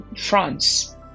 France